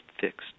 fixed